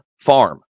Farm